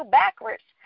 backwards